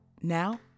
now